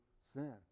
sin